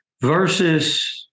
versus